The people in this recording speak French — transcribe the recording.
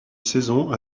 saison